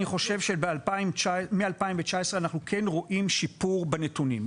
אני חושב שמ-2019 אנחנו כן רואים שיפור בנתונים,